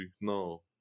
no